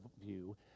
view